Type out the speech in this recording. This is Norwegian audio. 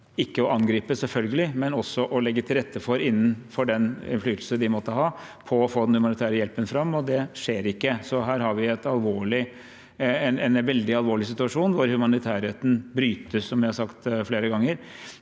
ikke å hindre, men legge til rette for, innenfor den innflytelse de måtte ha, å få den humanitære hjelpen fram – og det skjer ikke. Så her har vi en veldig alvorlig situasjon hvor humanitærretten brytes, som vi har sagt flere ganger.